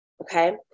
Okay